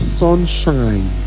sunshine